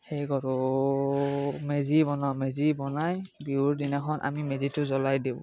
সেই কৰোঁ মেজি বনাওঁ মেজি বনাই বিহুৰ দিনাখন আমি মেজিটো জ্বলাই দিওঁ